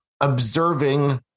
observing